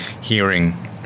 hearing